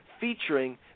featuring